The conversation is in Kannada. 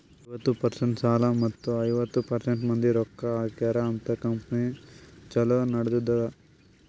ಐವತ್ತ ಪರ್ಸೆಂಟ್ ಸಾಲ ಮತ್ತ ಐವತ್ತ ಪರ್ಸೆಂಟ್ ಮಂದಿ ರೊಕ್ಕಾ ಹಾಕ್ಯಾರ ಅಂತ್ ಕಂಪನಿ ಛಲೋ ನಡದ್ದುದ್